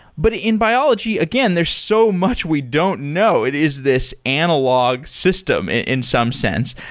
but ah in biology, again, there's so much we don't know. it is this analog system in some sense,